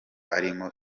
arimo